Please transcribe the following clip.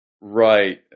Right